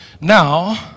Now